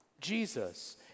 Jesus